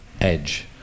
edge